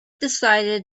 decided